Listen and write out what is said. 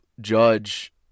judge